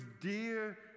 dear